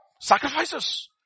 sacrifices